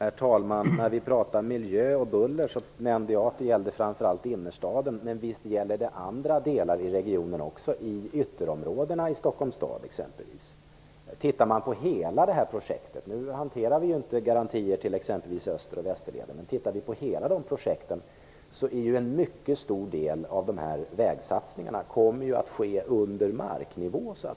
Herr talman! Vi har pratat om miljö och buller, och jag nämnde att det framför allt gällde innerstaden. Men visst gäller det också andra delar i regionen, exempelvis ytterområdena i Stockholms stad. Om man tittar på hela det här projektet - vi hanterar inte garantier för exempelvis Österleden och Västerleden - kommer en mycket stor del av vägsatsningarna att ske under marknivå.